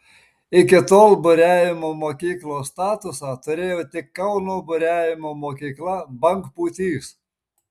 iki tol buriavimo mokyklos statusą turėjo tik kauno buriavimo mokykla bangpūtys